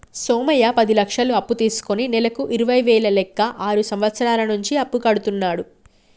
సోమయ్య పది లక్షలు అప్పు తీసుకుని నెలకు ఇరవై వేల లెక్క ఆరు సంవత్సరాల నుంచి అప్పు కడుతున్నాడు